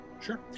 Sure